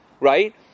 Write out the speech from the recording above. right